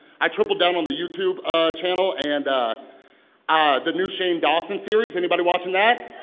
i tripled down on the youtube channel, and ah the new shane dawson series, anybody watching that?